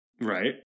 Right